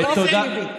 חוק טיבי.